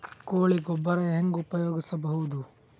ಕೊಳಿ ಗೊಬ್ಬರ ಹೆಂಗ್ ಉಪಯೋಗಸಬಹುದು?